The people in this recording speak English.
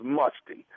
musty